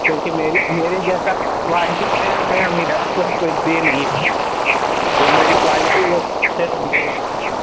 क्योंकि मेरी मेरे जैसा क्वाल्टी कोई दे नहीं पाएगा जो मेरी क्वाल्टी वह बेस्ट है